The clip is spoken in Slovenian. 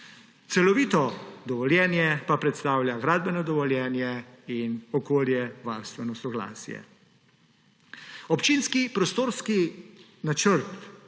Celovito dovoljenje pa predstavlja gradbeno dovoljenje in okoljevarstveno soglasje. Občinski prostorski načrt